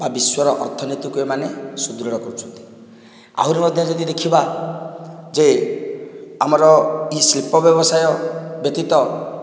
ବିଶ୍ୱର ଅର୍ଥନୀତିକୁ ଏମାନେ ସୁଦୃଢ଼ କରୁଛନ୍ତି ଆହୁରି ମଧ୍ୟ ଯଦି ଦେଖିବା ଯେ ଆମର ଏ ଶିଳ୍ପ ବ୍ୟବସାୟ ବ୍ୟତୀତ